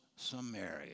Samaria